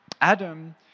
Adam